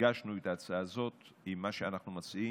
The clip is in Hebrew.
הגשנו את ההצעה הזאת עם מה שאנחנו מציעים,